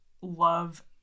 love